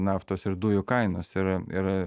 naftos ir dujų kainos ir ir